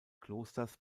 klosters